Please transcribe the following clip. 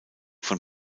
von